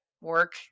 work